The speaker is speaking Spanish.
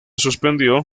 suspendió